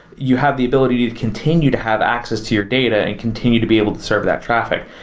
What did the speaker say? you have the ability to continue to have access to your data and continue to be able to serve that traffic.